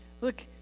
look